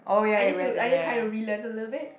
I need to I need kind of relearn a little bit